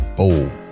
bold